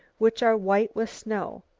which are white with snow.